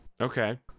Okay